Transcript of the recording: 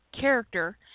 character